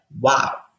wow